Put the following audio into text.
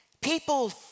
People